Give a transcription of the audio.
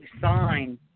sign